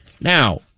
Now